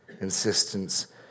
insistence